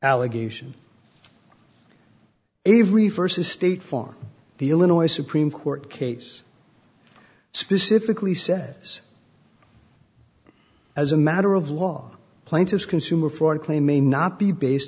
allegation every st state farm the illinois supreme court case specifically says as a matter of law plaintiff's consumer fraud claim may not be based